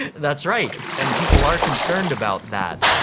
that's right, and people are concerned about that.